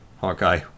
Hawkeye